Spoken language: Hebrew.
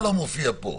אתה מפריד את זה לשניים.